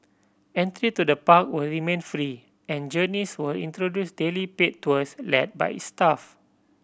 entry to the park will remain free and Journeys will introduce daily paid tours led by its staff